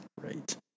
Right